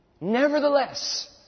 Nevertheless